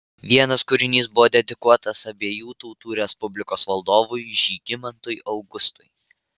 vienas kūrinys buvo dedikuotas abiejų tautų respublikos valdovui žygimantui augustui